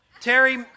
Terry